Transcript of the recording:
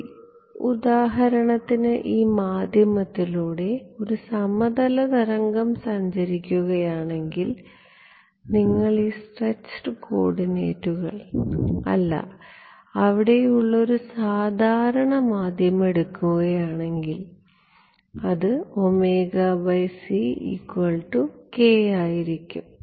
ശരി ഉദാഹരണത്തിന് ഈ മാധ്യമത്തിലൂടെ ഒരു സമതല തരംഗം സഞ്ചരിക്കുകയാണെങ്കിൽ നിങ്ങൾ ഈ സ്ട്രെച്ച്ഡ് കോർഡിനേറ്റുകൾ അല്ല അവിടെയുള്ള ഒരു സാധാരണ മാധ്യമം എടുക്കുകയാണെങ്കിൽ അത് ആയിരിക്കും